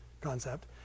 concept